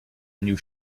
new